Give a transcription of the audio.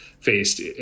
faced